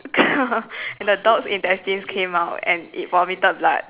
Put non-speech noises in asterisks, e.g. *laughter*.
*laughs* and the dog's intestines came out and it vomited blood